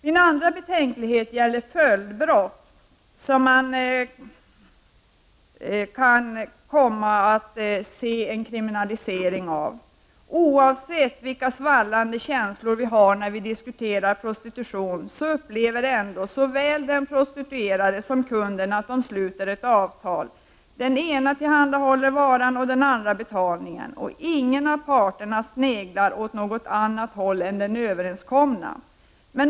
Min andra betänklighet gäller följdbrott som kan komma av en kriminalisering. Oavsett vilka svallande känslor vi har när vi diskuterar prostitution, upplever ändå såväl den prostituerade som kunden att de sluter ett avtal. Den ena tillhandahåller tjänsten och den andra betalningen. Ingen av parterna sneglar åt någon annan riktning än den överenskomna.